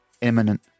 Imminent